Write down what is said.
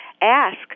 ask